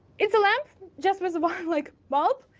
it's a lamp just visible like bulb,